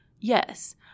Yes